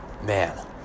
man